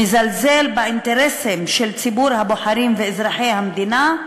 מזלזל באינטרסים של ציבור הבוחרים ואזרחי המדינה.